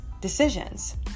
decisions